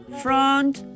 front